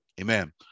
amen